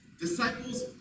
Disciples